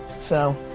so.